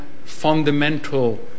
fundamental